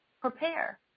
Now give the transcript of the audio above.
Prepare